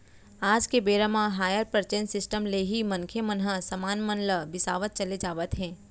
आज के बेरा म हायर परचेंस सिस्टम ले ही मनखे मन ह समान मन ल बिसावत चले जावत हे